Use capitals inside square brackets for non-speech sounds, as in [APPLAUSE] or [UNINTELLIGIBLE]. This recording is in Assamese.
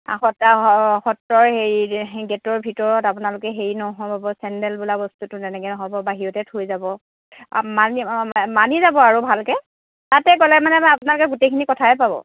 সত্ৰা অঁ অঁ সত্ৰ হেৰি গেটৰ ভিতৰত আপোনালোকে হেৰি [UNINTELLIGIBLE] চেণ্ডেল বোলা বস্তুটো তেনেকৈ নহ'ব বাহিৰতে থৈ যাব মানি মানি যাব আৰু ভালকৈ তাতে গ'লে মানে আপোনালোকে গোটেইখিনি কথায়ে পাব